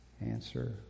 answer